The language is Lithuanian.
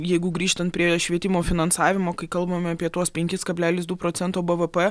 jeigu grįžtant prie švietimo finansavimo kai kalbam apie tuos penkis kablelis du procento bvp